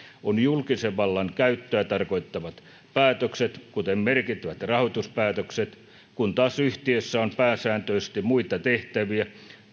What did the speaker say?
on julkisen vallan käyttöä tarkoittavat päätökset kuten merkittävät rahoituspäätökset kun taas yhtiössä on pääsääntöisesti muita tehtäviä